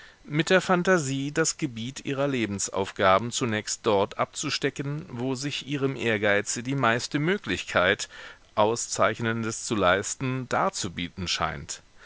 mit der phantasie das gebiet ihrer lebensaufgaben zunächst dort abzustecken wo sich ihrem ehrgeize die meiste möglichkeit auszeichnendes zu leisten darzubieten scheint